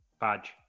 Badge